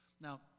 Now